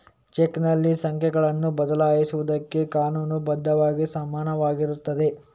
ಚೆಕ್ನಲ್ಲಿ ಸಂಖ್ಯೆಗಳನ್ನು ಬದಲಾಯಿಸುವುದಕ್ಕೆ ಕಾನೂನು ಬದ್ಧವಾಗಿ ಸಮಾನವಾಗಿರುತ್ತದೆ